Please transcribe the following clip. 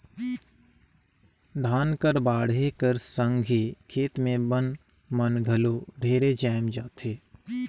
धान कर बाढ़े कर संघे खेत मे बन मन घलो ढेरे जाएम जाथे